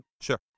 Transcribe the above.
sure